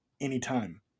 anytime